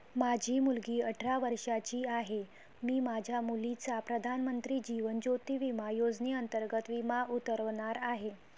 माझी मुलगी अठरा वर्षांची आहे, मी माझ्या मुलीचा प्रधानमंत्री जीवन ज्योती विमा योजनेअंतर्गत विमा उतरवणार आहे